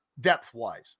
depth-wise